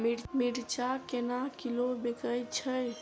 मिर्चा केना किलो बिकइ छैय?